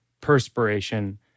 perspiration